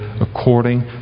according